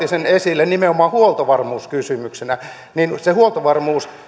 otti sen esille nimenomaan huoltovarmuuskysymyksenä niin se huoltovarmuus